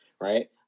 Right